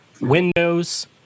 windows